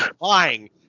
lying